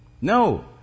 No